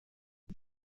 die